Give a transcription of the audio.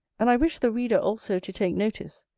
and i wish the reader also to take notice,